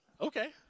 okay